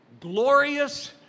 glorious